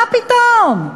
מה פתאום?